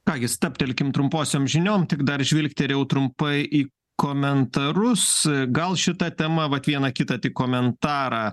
ką gi stabtelkim trumposiom žiniom tik dar žvilgterėjau trumpai į komentarus gal šita tema vat vieną kitą tik komentarą